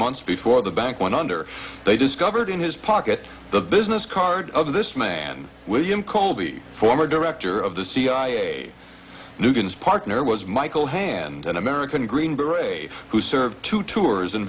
months before the bank went under they discovered in his pocket the business card of this man william colby former director of the cia a new partner was michael hand an american green berets who served two tours in